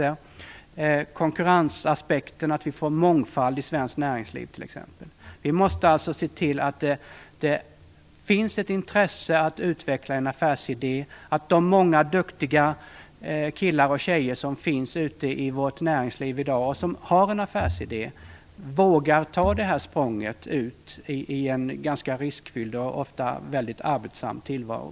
Det gäller även konkurrensaspekten, t.ex. att vi får en mångfald i svenskt näringsliv. Vi måste alltså se till att det finns ett intresse för att utveckla en affärsidé och att de många duktiga killar och tjejer som i dag finns ute i näringslivet och som har en affärsidé vågar ta språnget ut i en ganska riskfylld och ofta väldigt arbetssam tillvaro.